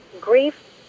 grief